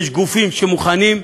יש גופים שמוכנים.